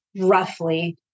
roughly